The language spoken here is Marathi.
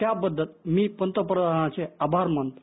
त्याबद्दल मी पंतप्रधानांचे आभार माणतो